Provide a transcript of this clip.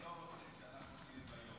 הם לא רוצים שאנחנו נהיה ביום.